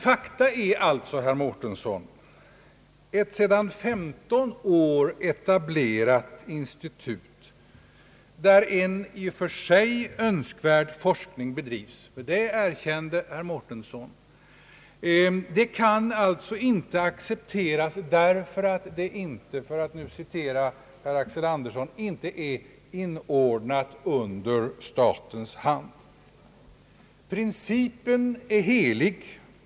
Fakta är alltså, herr Mårtensson, att ett sedan femton år etablerat institut, där en i och för sig önskvärd forskning bedrivs — det erkände herr Mårtensson — inte kan accepteras därför att institutet, för att citera herr Axel Andersson, inte är inordnat under statens hand.